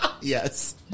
Yes